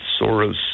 Soros